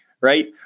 right